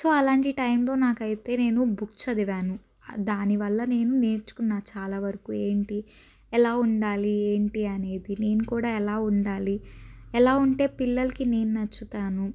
so అలాంటి టైంలో నాకైతే నేను బుక్ చదివాను దాని వల్ల నేను నేర్చుకున్న చాలా వరకు ఏంటి ఎలా ఉండాలి ఏంటి అనేది నేను కూడా ఎలా ఉండాలి ఎలా ఉంటే పిల్లలకి నేను నచ్చుతాను